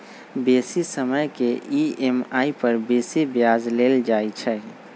बेशी समय के ई.एम.आई पर बेशी ब्याज लेल जाइ छइ